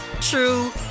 true